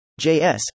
JS